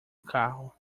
carro